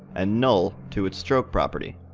and null to its stroke property.